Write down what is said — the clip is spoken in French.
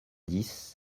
dix